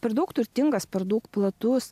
per daug turtingas per daug platus